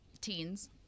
teens